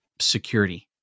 security